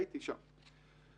הייתי שם.